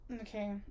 Okay